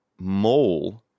mole